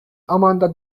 amanda